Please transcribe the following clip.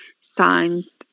signs